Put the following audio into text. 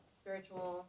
spiritual